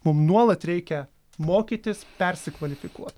mum nuolat reikia mokytis persikvalifikuot